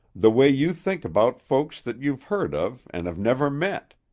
the way you think about folks that you've heard of an' have never met.